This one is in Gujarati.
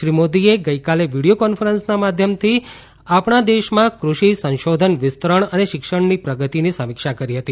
શ્રી મોદીએ ગઈકાલે વીડિયો કોન્ફરેન્સના માધ્યમથી આપણા દેશમાં કૃષિ સંશોધન વિસ્તરણ અને શિક્ષણની પ્રગતિની સમીક્ષા કરી હતી